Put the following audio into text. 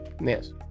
Yes